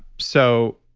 so